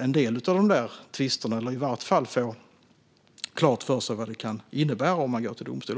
en del av tvisterna eller i varje fall få klart för sig vad det kan innebära om man går till domstol.